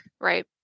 Right